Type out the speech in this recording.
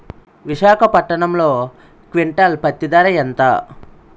విశాఖపట్నంలో క్వింటాల్ పత్తి ధర ఎంత?